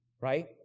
right